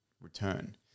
return